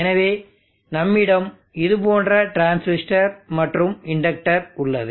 எனவே நம்மிடம் இது போன்ற டிரான்சிஸ்டர் மற்றும் இண்டக்டர் உள்ளது